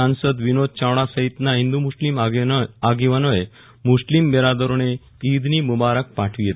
સાંસદ વિનોદ ચાવડા સહિતના હિંદુ મુસ્લિમ આગેવાનોએ મુસ્લિમ બિરાદરોને ઈદની મુબારક પાઠવી હતી